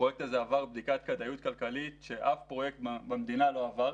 הפרויקט הזה עבר בדיקת כדאיות כלכלית שאף פרויקט במדינה לא עבר.